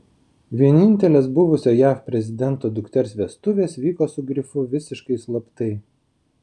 vienintelės buvusio jav prezidento dukters vestuvės vyko su grifu visiškai slaptai